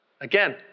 again